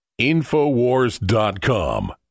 InfoWars.com